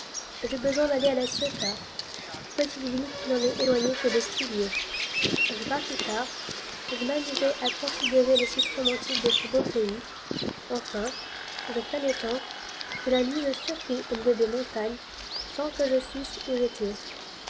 j'eus besoin d'aller à la ciotat petite ville qui n'en est éloignée que de six lieues je partis tard je m'amusai à considérer les sites romantiques de ce beau pays enfin je flânai tant que la nuit me surprit au milieu des montagnes sans que je susse où j'étais